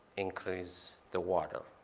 increase the water.